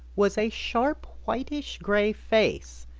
was a sharp, whitish-gray face,